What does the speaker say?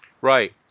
Right